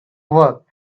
work